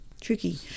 tricky